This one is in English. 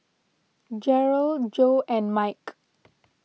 Jarrell Joe and Mike